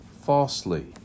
falsely